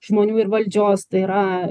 žmonių ir valdžios tai yra